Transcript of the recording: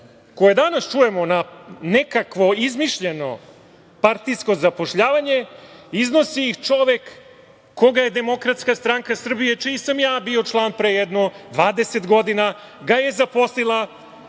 koje danas čujemo na nekakvo izmišljeno partijsko zapošljavanje iznosi ih čovek koga je Demokratska stranka Srbije, čiji sam i ja bio član, pre jedno 20 godina ga je zaposlila